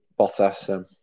Bottas